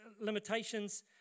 limitations